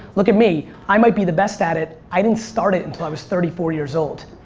look at me, i might be the best at it. i didn't start it until i was thirty four years old.